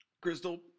Crystal